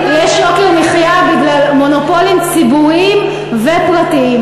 יש יוקר מחיה בגלל מונופולים ציבוריים ופרטיים.